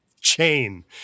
Chain